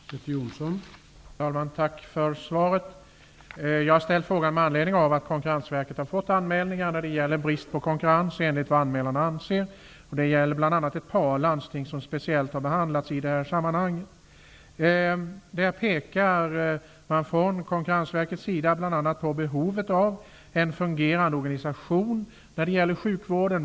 Herr talman! Tack för svaret! Jag har ställt frågan med anledning av att Konkurrensverket har fått anmälningar som gäller brist på konkurrens, enligt vad anmälarna anser. Bl.a. ett par landsting har speciellt behandlats i det sammanhanget. Konkurrensverket pekar bl.a. på behovet av en fungerande organisation för sjukvården.